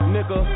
Nigga